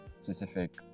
Specific